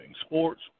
sports